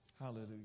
Hallelujah